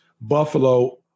Buffalo